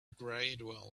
gradual